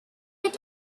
had